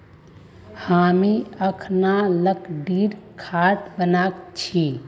हामी अखना लकड़ीर खाट बना छि